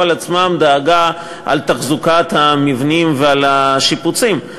על עצמם דאגה לתחזוקת המבנים ולשיפוצים.